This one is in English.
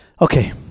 Okay